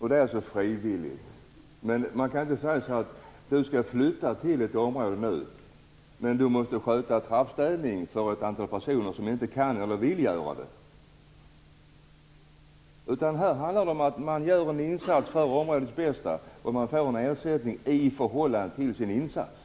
gör någonting frivilligt. Men man kan inte säga till någon: Du skall flytta till det här området, men du måste sköta trappstädning för ett antal personer som inte kan eller vill göra det. Här handlar det om att man gör en insats för områdets bästa och får en ersättning i förhållande till sin insats.